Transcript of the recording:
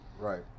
Right